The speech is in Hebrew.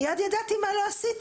מיד ידעתי מה לא עשיתי,